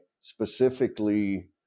specifically